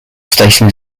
station